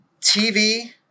TV